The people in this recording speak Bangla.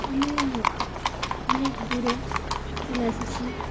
আমি অনেক দূরে চলে এসেছি